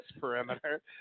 perimeter